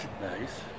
Nice